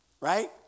right